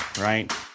right